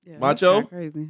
macho